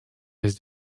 his